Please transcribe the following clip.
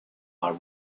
are